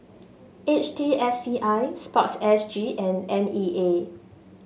H T S C I sports S G and N E A